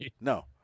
No